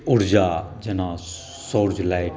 ऊर्जा जेना सौर्य लाइट